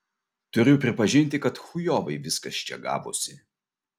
turiu pripažinti kad chujovai viskas čia gavosi